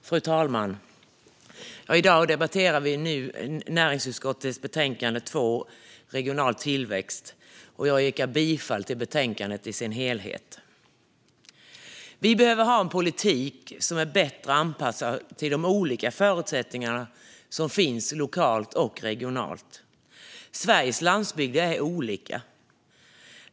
Fru talman! I dag debatterar vi näringsutskottets betänkande NU2 om regional tillväxt. Jag yrkar bifall till utskottets förslag i dess helhet. Vi behöver ha en politik som är bättre anpassad till de olika förutsättningar som finns lokalt och regionalt. Sveriges landsbygder är olika.